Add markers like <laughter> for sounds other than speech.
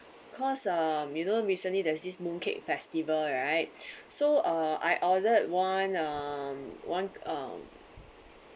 cause uh um you know recently there's this mooncake festival right <breath> so uh I ordered one um one um